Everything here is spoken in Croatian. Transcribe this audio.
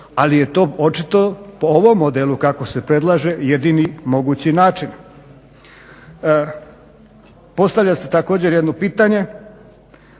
ali je to očito po ovom modelu kako se predlaže jedini mogući način. Postavlja se također jedno pitanje